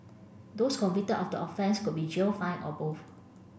those convicted of the offence could be jailed fined or both